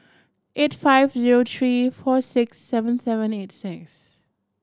eight five zero three four six seven seven eight six